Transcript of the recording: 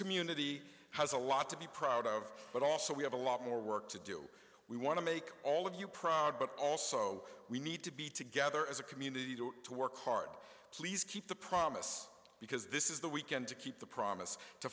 community has a lot to be proud of but also we have a lot more work to do we want to make all of you proud but also we need to be together as a community to work hard please keep the promise because this is the weekend to keep the promise to